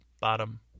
bottom